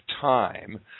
time